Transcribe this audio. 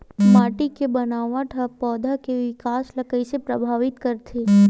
माटी के बनावट हा पौधा के विकास ला कइसे प्रभावित करथे?